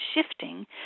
shifting